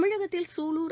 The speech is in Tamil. தமிழகத்தில் சூலூர்